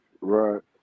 Right